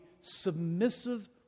submissive